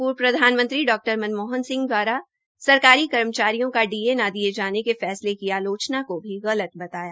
पूर्वप्रधानमंत्री Dr Manmohan Singh द्वारा सरकारी कर्मचारियों का डी ए न दिये जाने के फैसले की आलोचना को भी गलत बताया